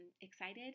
excited